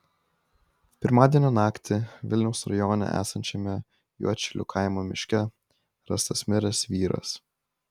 pirmadienio naktį vilniaus rajone esančiame juodšilių kaimo miške rastas miręs vyras